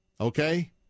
Okay